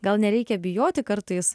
gal nereikia bijoti kartais